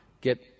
get